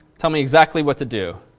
tell me exactly what to do.